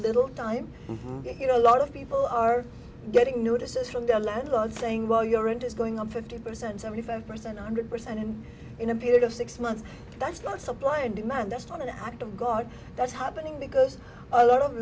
little time it you know a lot of people are getting notices from their landlord saying well your it is going on fifty percent seventy five percent hundred percent and in a period of six months that's not supply and demand that's not an act of god that's happening because a lot of